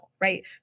right